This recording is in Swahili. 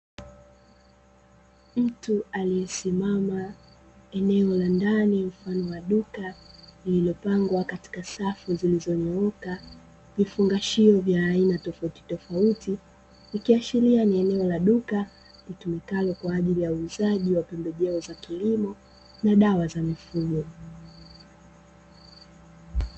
Mtu aliyesimama eneo la ndani mfano wa duka, lililopangwa katika safu zilizonyooka, vifungashio vya aina tofautitofauti, ikiashiria ni eneo la duka litumikalo kwa ajili ya uuzaji wa pembejeo za kilimo na dawa za mifugo.